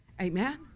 Amen